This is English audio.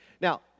Now